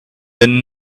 than